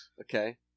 Okay